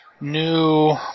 new